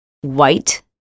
white